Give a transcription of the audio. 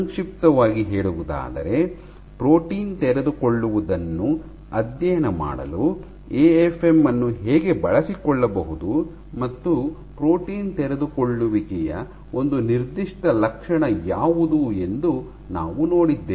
ಸಂಕ್ಷಿಪ್ತವಾಗಿ ಹೇಳುವುದಾದರೆ ಪ್ರೋಟೀನ್ ತೆರೆದುಕೊಳ್ಳುವುದನ್ನು ಅಧ್ಯಯನ ಮಾಡಲು ಎಎಫ್ಎಂ ಅನ್ನು ಹೇಗೆ ಬಳಸಿಕೊಳ್ಳಬಹುದು ಮತ್ತು ಪ್ರೋಟೀನ್ ತೆರೆದುಕೊಳ್ಳುವಿಕೆಯ ಒಂದು ನಿರ್ದಿಷ್ಟ ಲಕ್ಷಣ ಯಾವುದು ಎಂದು ನಾವು ನೋಡಿದ್ದೇವೆ